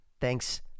Thanks